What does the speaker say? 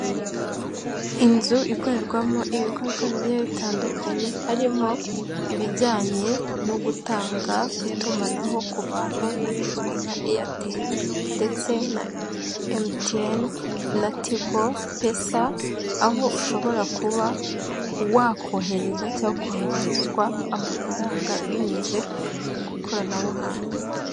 Inzu ikorerwamo ibikorwa bigiye bitandukanye, harimo ibijyanye no gutanga itumanaho ku bantu, ibizwi nka airtel, ndetse na MTN na tigo pesa, aho ushobora kuba wakohereza cyangwa ukohererezwa amafaranga binyuze ku ikoranabuhanga.